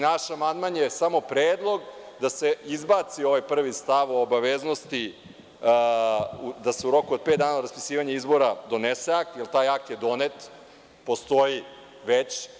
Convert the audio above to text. Naš amandman je samo predlog da se izbaci ovaj prvi stav o obaveznosti da se u roku od pet dana od raspisivanja izbora donese akt, jer taj akt je donet, postoji već.